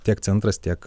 tiek centras tiek